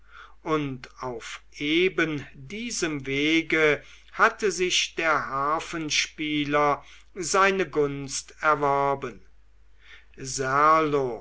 und auf eben diesem wege hatte sich der harfenspieler seine gunst erworben